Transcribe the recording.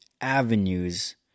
avenues